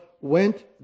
went